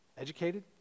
educated